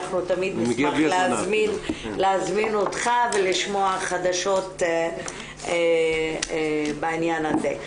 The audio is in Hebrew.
אנחנו תמיד נשמח להזמין אותך ולשמוע חדשות בעניין הזה.